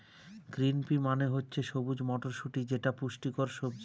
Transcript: green pea মানে হচ্ছে সবুজ মটরশুটি যেটা পুষ্টিকর সবজি